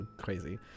crazy